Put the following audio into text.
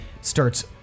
Starts